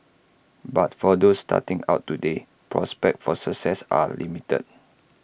but for those starting out today prospects for success are limited